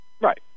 Right